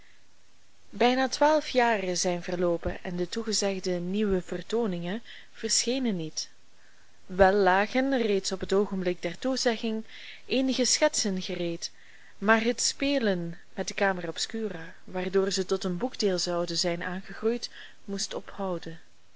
bijna twaalf jaren zijn verloopen en de toegezegde nieuwe vertooningen verschenen niet wel lagen reeds op het oogenblik der toezegging eenige schetsen gereed maar het spelen met de camera obscura waardoor ze tot een boekdeel zouden zijn aangegroeid moest ophouden